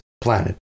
planet